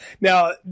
Now